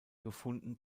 gefunden